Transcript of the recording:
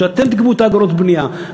אתם תגבו את אגרות הבנייה,